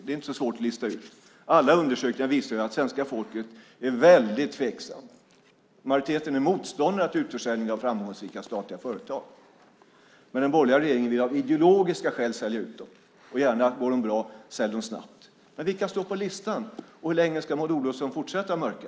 Det är inte så svårt att lista ut. Alla undersökningar visar att svenska folket är väldigt tveksamt. Majoriteten är motståndare till en utförsäljning av framgångsrika statliga företag. Men den borgerliga regeringen vill av ideologiska skäl sälja ut dem. Om de går bra säljer man snabbt. Vilka står på listan? Hur länge ska Maud Olofsson fortsätta att mörka?